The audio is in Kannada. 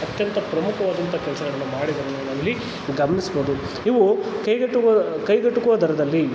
ಅತ್ಯಂತ ಪ್ರಮುಖವಾದಂಥ ಕೆಲ್ಸಗಳನ್ನು ಮಾಡಿದ್ದಾರೆ ಅನ್ನೋದನ್ನು ನಾವಿಲ್ಲಿ ಗಮನಿಸ್ಬೋದು ಇವು ಕೈಗೆಟ್ಟುವ ಕೈಗೆಟುಕುವ ದರದಲ್ಲಿ